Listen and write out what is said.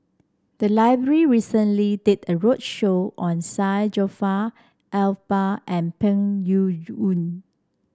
the library recently did a roadshow on Syed Jaafar Albar and Peng Yuyun